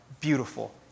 beautiful